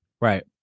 Right